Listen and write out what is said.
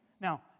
Now